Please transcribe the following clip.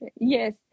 yes